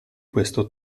questo